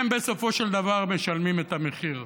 הם בסופו של דבר משלמים את המחיר.